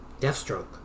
Deathstroke